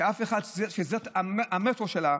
שזה המוטו שלה,